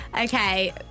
Okay